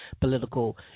political